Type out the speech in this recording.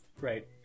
Right